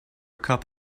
cup